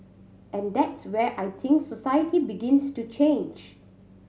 and that's where I think society begins to change